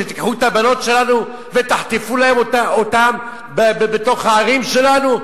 שתיקחו את הבנות שלנו ותחטפו אותן בתוך הערים שלנו?